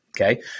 okay